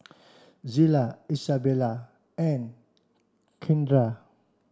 Zillah Izabella and Kindra